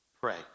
pray